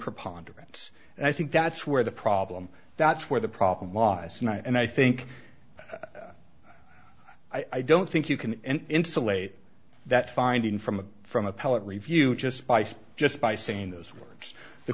preponderance and i think that's where the problem that's where the problem lies night and i think i don't think you can insulate that finding from from appellate review just spice just by saying those words the